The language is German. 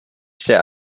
sehr